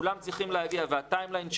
כולם צריכים להגיע והטיים ליין שלנו,